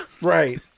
right